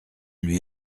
lui